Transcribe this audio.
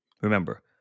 Remember